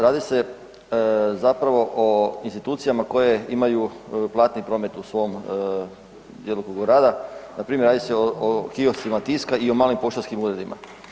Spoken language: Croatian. Radi se zapravo o institucijama koje imaju platni promet u svom djelokrugu rada, npr. radi se o kioscima Tiska i o malim poštanskim uredima.